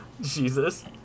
Jesus